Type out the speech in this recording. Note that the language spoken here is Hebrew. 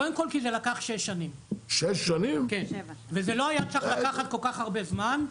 קודם כל כי זה לקח שש שנים וזה לא היה צריך לקחת כל כך הרבה זמן.